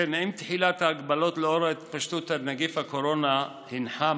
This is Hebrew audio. עם תחילת ההגבלות לנוכח התפשטות נגיף הקורונה הנחה